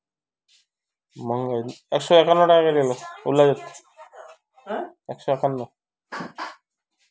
महंगाई दरेर अनुसार सामानेर मूल्य कम या ज्यादा हबा सख छ